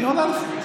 אני עונה לך,